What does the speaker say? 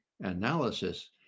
analysis